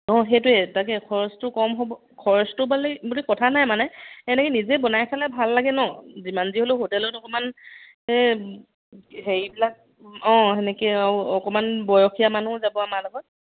অঁ সেইটোৱে তাকে খৰচটো কম হ'ব খৰচটো বালি বুলি কথা নাই মানে এনেকৈ নিজে বনাই খালে ভাল লাগে ন যিমান যি হ'লেও হোটেলত অকণমান হেৰিবিলাক অঁ তেনেকৈ আ অকণমান বয়সীয়া মানুহো যাব আমাৰ লগত